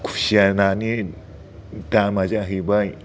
खुसिया नानि दामा जाहैबाय